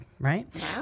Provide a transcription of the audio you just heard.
Right